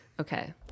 Okay